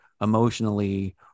emotionally